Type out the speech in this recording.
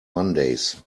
mondays